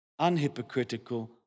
unhypocritical